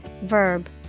verb